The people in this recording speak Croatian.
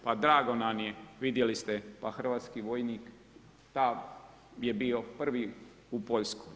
Pa drago nam je, vidjeli ste pa hrvatski vojnik je bio prvi u Poljskoj.